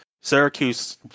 Syracuse